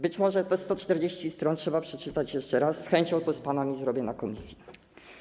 Być może te 140 stron trzeba przeczytać jeszcze raz, z chęcią to z panami zrobię na posiedzeniu komisji.